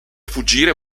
fuggire